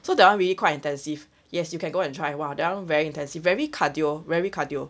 so that one really quite intensive yes you can go and try !wah! that one very intensive very cardio very cardio